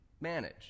manage